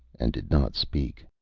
and did not speak.